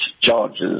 charges